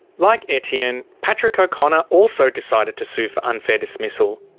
like etienne, patrick o'connor also decided to sue for unfair dismissal.